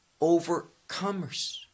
Overcomers